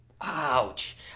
Ouch